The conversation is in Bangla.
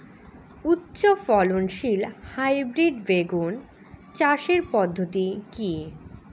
উচ্চ ফলনশীল হাইব্রিড বেগুন চাষের পদ্ধতি কী?